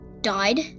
died